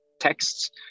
texts